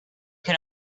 can